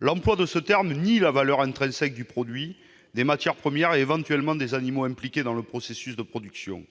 L'emploi d'un tel terme nie la valeur intrinsèque du produit, des matières premières, éventuellement des animaux impliqués dans le processus de production.